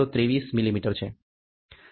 0023 millimetre છે